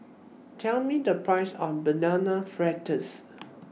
Tell Me The Price of Banana Fritters